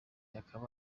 akaba